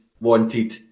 wanted